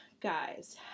guys